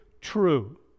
true